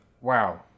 wow